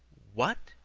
what!